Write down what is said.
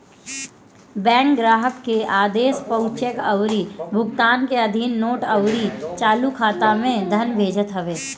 bank ग्राहक के आदेश पअ चेक अउरी भुगतान के अधीन नोट अउरी चालू खाता में धन भेजत हवे